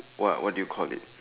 what what do you call it